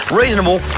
reasonable